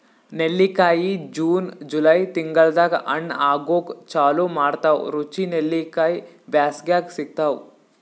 ನೆಲ್ಲಿಕಾಯಿ June July ತಿಂಗಳ್ದಾಗ್ ಹಣ್ಣ್ ಆಗೂಕ್ ಚಾಲು ಮಾಡ್ತಾವ್ ರುಚಿ ನೆಲ್ಲಿಕಾಯಿ ಬ್ಯಾಸ್ಗ್ಯಾಗ್ ಸಿಗ್ತಾವ್